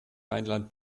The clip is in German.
rheinland